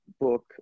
book